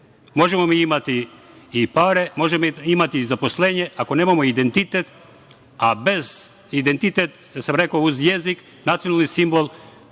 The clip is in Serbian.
Možemo mi imati i pare, možemo imati i zaposlenje, ako nemamo identitet, a bez identiteta, rekao sam, uz jezik, nacionalni simbol